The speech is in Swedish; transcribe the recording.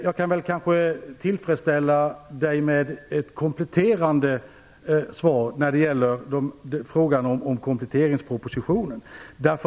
Jag kan kanske tillfredsställa Owe Hellberg med ett kompletterande svar i fråga om kompletteringspropositionen.